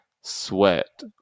sweat